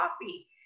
coffee